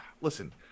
listen